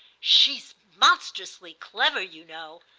she's monstrously clever, you know.